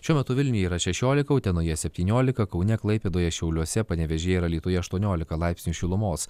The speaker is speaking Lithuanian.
šiuo metu vilniuje yra šešiolika utenoje septyniolika kaune klaipėdoje šiauliuose panevėžyje ir alytuje aštuoniolika laipsnių šilumos